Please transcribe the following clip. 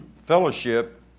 Fellowship